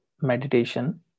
meditation